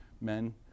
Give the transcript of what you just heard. men